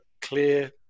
clear